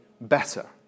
better